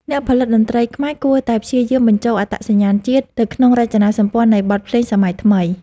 អ្នកផលិតតន្ត្រីខ្មែរគួរតែព្យាយាមបញ្ចូលអត្តសញ្ញាណជាតិទៅក្នុងរចនាសម្ព័ន្ធនៃបទភ្លេងសម័យថ្មី។